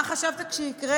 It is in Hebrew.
מה חשבת שיקרה